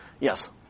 Yes